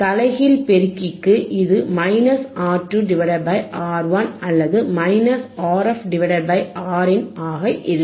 தலைகீழ் பெருக்கிக்கு இது R2 R1 அல்லது Rf Rin ஆக இருக்கும்